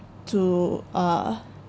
to uh